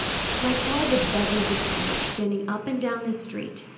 like all the dozens of people standing up and down this street,